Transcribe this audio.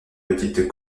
petites